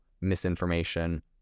misinformation